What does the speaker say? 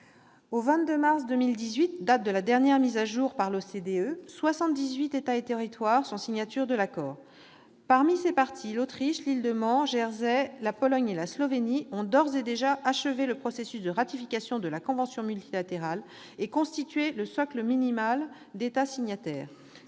Au 22 mars 2018, date de la dernière mise à jour effectuée par l'OCDE, 78 États et territoires étaient signataires de l'accord. Parmi ces parties, l'Autriche, l'île de Man, Jersey, la Pologne et la Slovénie ont d'ores et déjà achevé le processus de ratification de la convention multilatérale et constitué le socle minimal d'États signataires.